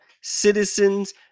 citizens